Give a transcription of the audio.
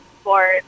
sport